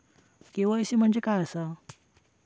KYC म्हणजे काय आसा?